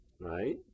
Right